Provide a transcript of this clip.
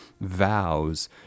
vows